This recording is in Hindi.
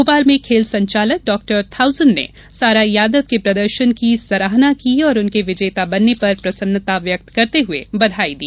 भोपाल में खेल संचालक डॉ थाउसेन ने सारा यादव के प्रदर्शन की सराहना की और उनके विजेता बनने पर प्रसन्नता व्यक्त करते हुए बधाई दी